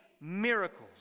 miracles